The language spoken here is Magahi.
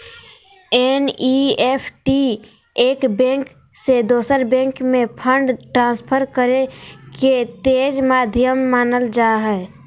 एन.ई.एफ.टी एक बैंक से दोसर बैंक में फंड ट्रांसफर करे के तेज माध्यम मानल जा हय